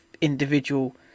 individual